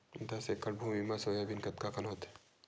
दस एकड़ भुमि म सोयाबीन कतका कन होथे?